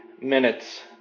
minutes